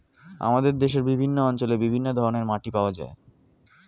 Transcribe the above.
আমাদের দেশের বিভিন্ন অঞ্চলে বিভিন্ন ধরনের মাটি পাওয়া যায়